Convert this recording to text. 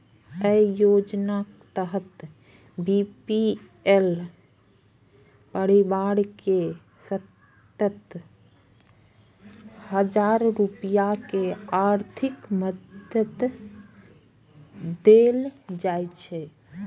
अय योजनाक तहत बी.पी.एल परिवार कें सत्तर हजार रुपैया के आर्थिक मदति देल जाइ छै